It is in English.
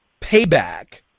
payback